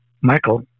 Michael